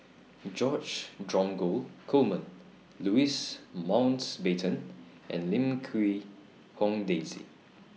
George Dromgold Coleman Louis Mountbatten and Lim Quee Hong Daisy